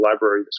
Library